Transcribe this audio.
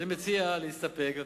אני מציע להסתפק,